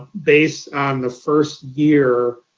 based on the first year